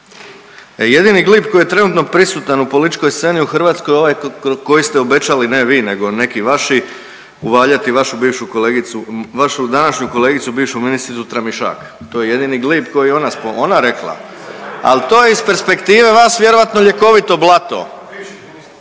jedini glib koji je trenutno prisutan u političkoj sceni u Hrvatskoj ovaj koji ste obećali, ne vi nego neki vaši, uvaljati vašu bivšu kolegicu, vašu današnju kolegicu bivšu ministricu Tramišak to je jedini glib koji je ona, ona rekla. Al to je iz perspektive vas vjerojatno ljekovito blato,